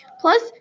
plus